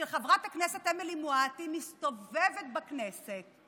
של חברת הכנסת אמילי מואטי מסתובבת בכנסת,